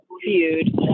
feud